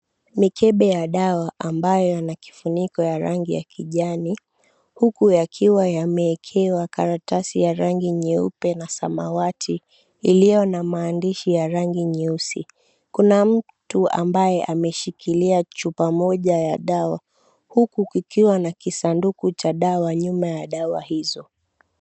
Mikebe ya dawa ambayo yana kifuniko ya rangi ya kijani huku yakiwa yameekewa karatasi ya rangi nyeupe na samawati iliyo na maandishi ya rangi nyeusi. Kuna mtu ambaye ameshikilia chupa moja ya dawa huku kukiwa na kisanduku cha dawa nyuma ya dawa hizo.